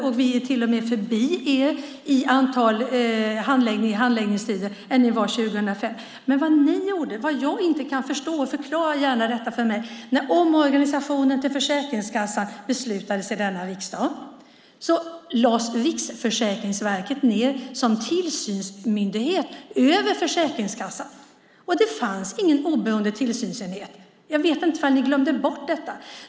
I handläggningstider är vi till och med förbi där ni var 2005. Men det ni gjorde som jag inte kan förstå - förklara gärna detta för mig - var att när omorganisationen till Försäkringskassan beslutades i denna riksdag lades Riksförsäkringsverket ned som tillsynsmyndighet över Försäkringskassan, och det fanns ingen oberoende tillsynsenhet. Jag vet inte om ni glömde bort detta.